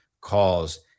calls